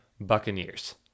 Buccaneers